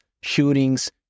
shootings